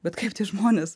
bet kaip tie žmonės